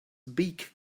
beak